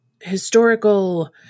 historical